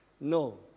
No